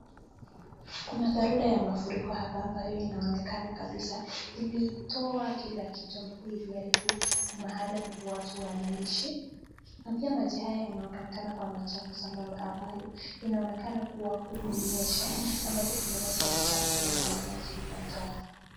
Kuna dharura ya mafuriko hapa, ambayo inaonekana kabisa, ilitoa kila kitu, ambapo iliharibu mahali ambapo watu wanaishi, na pia maji haya yanaonekana kuwa machafu, ambayo inaonekana imenyesha, ambapo kumelega maji, ndio maana maji ni machafu.